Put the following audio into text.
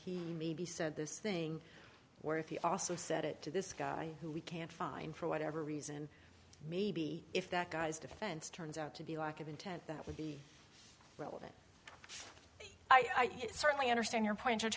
he may be so this thing where if he also said it to this guy who we can't find for whatever reason maybe if that guy's defense turns out to be a lack of intent that would be relevant i certainly understand your point